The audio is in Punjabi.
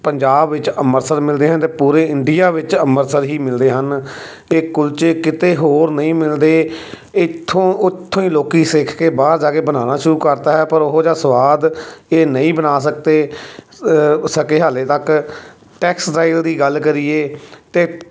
ਪੰਜਾਬ ਵਿੱਚ ਅੰਮ੍ਰਿਤਸਰ ਮਿਲਦੇ ਆ ਅਤੇ ਪੂਰੇ ਇੰਡੀਆ ਵਿੱਚ ਅੰਮ੍ਰਿਤਸਰ ਹੀ ਮਿਲਦੇ ਹਨ ਇਹ ਕੁਲਚੇ ਕਿਤੇ ਹੋਰ ਨਹੀਂ ਮਿਲਦੇ ਇੱਥੋਂ ਉੱਥੋਂ ਹੀ ਲੋਕ ਸਿੱਖ ਕੇ ਬਾਹਰ ਜਾ ਕੇ ਬਣਾਉਣਾ ਸ਼ੁਰੂ ਕਰਤਾ ਹੈ ਪਰ ਉਹੋ ਜਿਹਾ ਸਵਾਦ ਇਹ ਨਹੀਂ ਬਣਾ ਸਕਦੇ ਸਕੇ ਹਾਲੇ ਤੱਕ ਟੈਕਸਟਾਈਲ ਦੀ ਗੱਲ ਕਰੀਏ ਤਾਂ